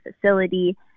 facility